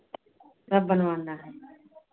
सब बनवाना है